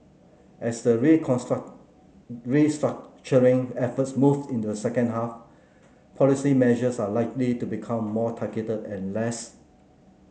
as the restructuring effort moves into the second half policy measures are likely to become more targeted and less